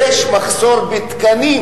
יש מחסור בתקנים,